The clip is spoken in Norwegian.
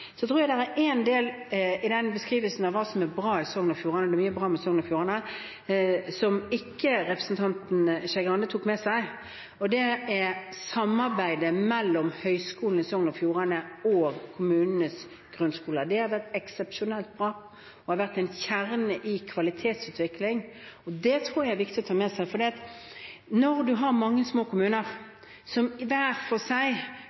Jeg tror det er én del i beskrivelsen av hva som er bra i Sogn og Fjordane – det er mye bra med Sogn og Fjordane – som representanten Skei Grande ikke tok med seg, og det er samarbeidet mellom Høgskulen i Sogn og Fjordane og kommunenes grunnskoler. Det har vært eksepsjonelt bra og har vært en kjerne i kvalitetsutviklingen. Det tror jeg er viktig å ta med seg. Når man har mange små kommuner som hver for seg